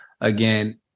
again